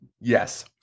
Yes